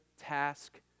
task